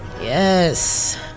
Yes